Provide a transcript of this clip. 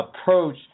approach